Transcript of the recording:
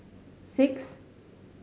six